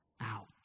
out